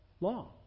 law